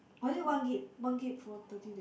was it one gig one gig for thirty day